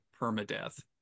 permadeath